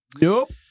Nope